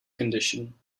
condition